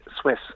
Swiss